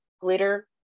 glitter